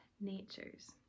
natures